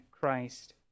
Christ